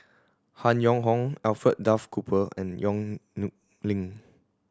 Han Yong Hong Alfred Duff Cooper and Yong Nyuk Lin